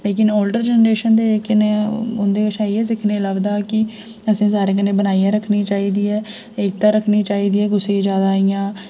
लेकिन older generation दे जेहके न उं'दे कशा इ'यै सिक्खने गी लभदा कि असें सारें कन्नै बनाइयै रक्खनी चाहि्दी ऐ एकता रक्खनी चाहि्दी ऐ कुसै गी ज्यादा इ'यां